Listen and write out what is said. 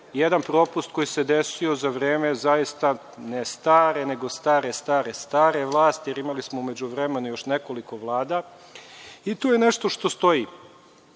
jedan propust koji se desio za vreme, zaista, ne stare, nego stare, stare, stare vlasti, jer imali smo u međuvremenu još nekoliko vlada i tu je nešto što stoji.